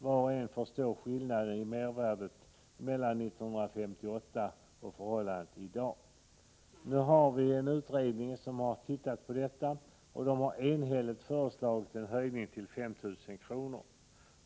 Var och en förstår att det är stor skillnad i realvärdet av detta belopp i dag jämfört med 1958. En utredning har nu tittat på detta och enhälligt föreslagit en höjning till 5 000 kr.